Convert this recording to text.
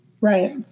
right